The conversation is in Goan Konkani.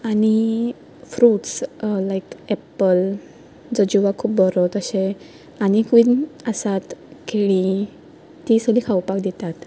आनी फ्रुट्स लायक एप्पल जो जिवाक खूब बरो तशें आनीकय आसात केळी ते सुद्दां खावपाक दितात